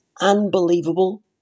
unbelievable